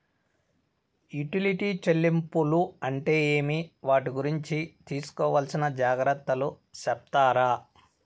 Utility చెల్లింపులు అంటే ఏమి? వాటి గురించి తీసుకోవాల్సిన జాగ్రత్తలు సెప్తారా?